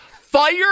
Fire